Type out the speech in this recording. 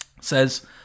says